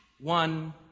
one